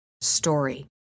story